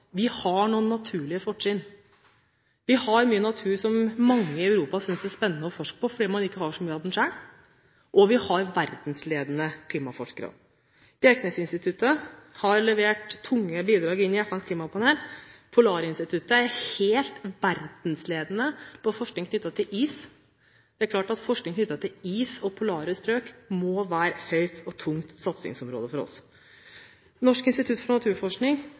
Vi har noen naturlige fortrinn. Vi har mye natur som mange i Europa synes det er spennende å forske på, fordi man ikke har så mye av den selv, og vi har verdensledende klimaforskere. Bjerknessenteret har levert tunge bidrag inn til FNs klimapanel, og Polarinstituttet er helt verdensledende på forskning knyttet til is. Det er klart at forskning på is og polare strøk må være et høyt og tungt satsingsområde for oss. Norsk institutt for naturforskning